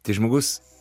tai žmogus